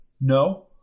No